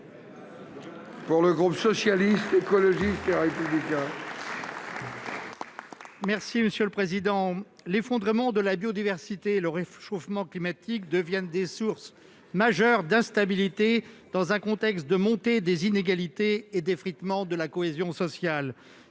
pour le groupe Socialiste, Écologiste et Républicain. Monsieur le ministre, l'effondrement de la biodiversité et le réchauffement climatique deviennent des sources majeures d'instabilité, dans un contexte de montée des inégalités et d'effritement de la cohésion sociale.